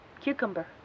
Cucumber